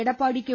Edappadi K